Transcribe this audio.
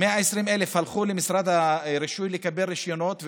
ה-120,000 הלכו למשרד הרישוי לקבל רישיונות,